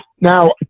Now